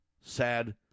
Sad